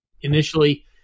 initially